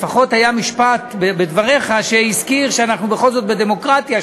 לפחות היה משפט בדבריך שהזכיר שאנחנו בכל זאת בדמוקרטיה,